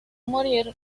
morir